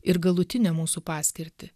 ir galutinę mūsų paskirtį